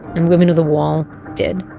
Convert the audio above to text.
and women of the wall did,